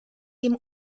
dem